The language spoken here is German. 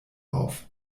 auf